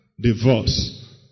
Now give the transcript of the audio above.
Divorce